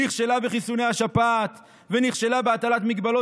נכשלה בחיסוני השפעת ונכשלה בהטלת מגבלות